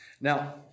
Now